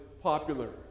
popular